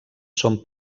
són